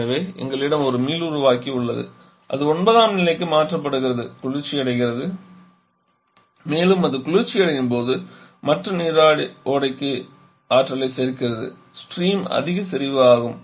எனவே எங்களிடம் ஒரு மீளுருவாக்கி உள்ளது அது 9 ஆம் நிலைக்கு மாற்றப்படுவதற்கு குளிர்ச்சியடைகிறது மேலும் அது குளிர்ச்சியடையும் போது மற்ற நீரோடைக்கு ஆற்றலை சேர்க்கிறது ஸ்ட்ரீம் அதிக செறிவு ஆகும்